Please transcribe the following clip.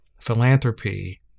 philanthropy